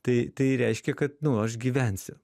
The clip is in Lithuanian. tai tai reiškia kad nu aš gyvensiu